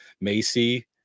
Macy